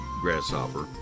grasshopper